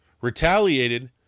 retaliated